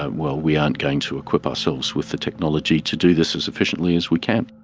well, we aren't going to equip ourselves with the technology to do this as efficiently as we can.